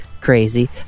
crazy